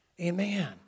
Amen